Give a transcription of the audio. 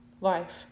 life